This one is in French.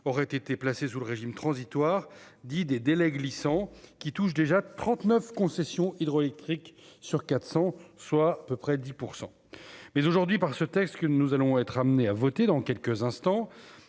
aurait été placé sous le régime transitoire dit des délais glissants, qui touche déjà 39 concessions hydroélectriques sur 400, soit à peu près 10 % mais aujourd'hui par ce texte que nous allons être amenés à voter dans quelques instants,